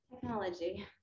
Technology